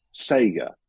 Sega